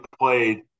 played –